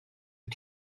wyt